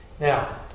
Now